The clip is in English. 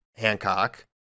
Hancock